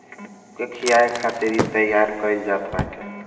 पशु के खियाए खातिर इ तईयार कईल जात बाटे